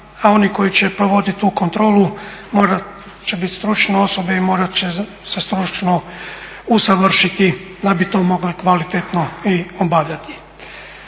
a oni koji će provoditi tu kontrolu morati će biti stručne osobe i morati će se stručno usavršiti da bi to mogle kvalitetno i obavljati.